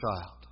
child